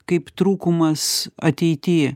kaip trūkumas ateity